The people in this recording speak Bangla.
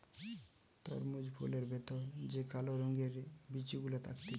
তরমুজ ফলের ভেতর যে কালো রঙের বিচি গুলা থাকতিছে